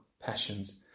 passions